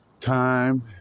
time